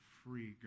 free